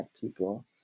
people